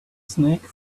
snake